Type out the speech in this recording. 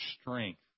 strength